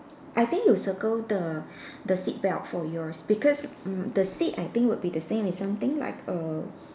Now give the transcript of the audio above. I think you circle the the seat belt for yours because mm the seat I think would be the same it's something like err